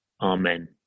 Amen